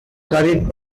curried